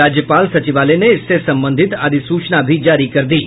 राज्यपाल सचिवालय ने इससे संबंधित अधिसूचना की जारी कर दी है